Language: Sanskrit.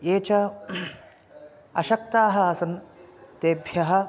ये च अशक्ताः आसन् तेभ्यः